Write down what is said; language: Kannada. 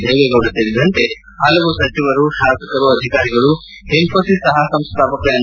ದೇವೇಗೌಡ ಸೇರಿದಂತೆ ಪಲವು ಸಚಿವರು ಶಾಸಕರು ಅಧಿಕಾರಿಗಳು ಇನ್ನೋಸಿಸ್ ಸಹ ಸಂಸ್ಲಾಪಕ ಎನ್